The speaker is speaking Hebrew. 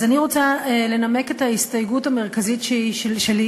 אז אני רוצה לנמק את ההסתייגות המרכזית שלי,